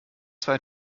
zwei